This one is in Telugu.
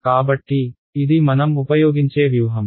కాబట్టి ఇది మనం ఉపయోగించే వ్యూహం